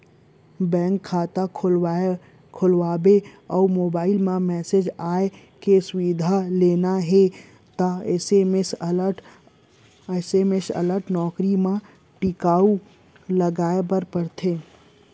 bank खाता खोलवाबे अउ मोबईल म मेसेज आए के सुबिधा लेना हे त एस.एम.एस अलर्ट नउकरी म टिक लगाए बर परथे